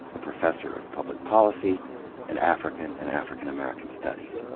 a professor of public policy and african and african american studies.